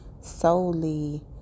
solely